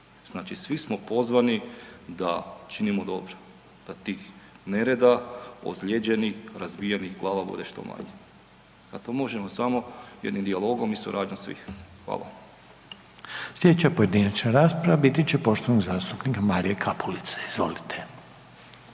Znači svi smo pozvani da činimo dobro da tih nereda, ozlijeđenih, razbijenih glava bude što manje. A to možemo samo jednim dijalogom i suradnjom svih. Hvala. **Reiner, Željko (HDZ)** Sljedeća pojedinačna rasprava biti će poštovanog zastupnika Marija Kapulice. Izvolite.